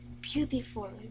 beautiful